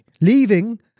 leaving